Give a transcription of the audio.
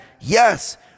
yes